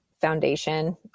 foundation